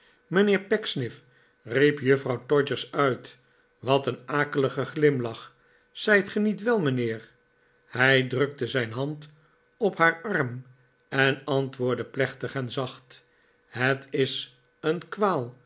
mijnheer pecksniff riep juffrouw todgers uit wat een akelige glimlach zijt ge niet wel mijnheer hij drukte zijn hand op haar arm en antwoordde plechtig en zacht het is een